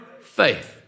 faith